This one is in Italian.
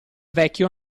vecchio